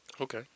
Okay